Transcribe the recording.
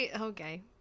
Okay